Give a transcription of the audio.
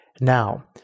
Now